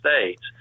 States